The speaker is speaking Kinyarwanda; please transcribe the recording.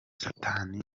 satani